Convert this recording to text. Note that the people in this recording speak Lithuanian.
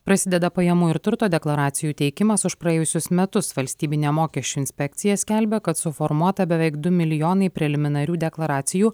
prasideda pajamų ir turto deklaracijų teikimas už praėjusius metus valstybinė mokesčių inspekcija skelbia kad suformuota beveik du milijonai preliminarių deklaracijų